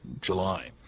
July